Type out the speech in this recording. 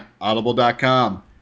Audible.com